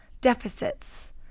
deficits